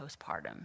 postpartum